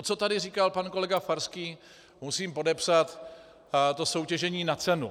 Co tady říkal pan kolega Farský, musím podepsat, to soutěžení na cenu.